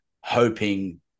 hoping